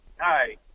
Hi